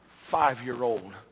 five-year-old